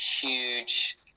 huge